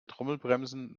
trommelbremsen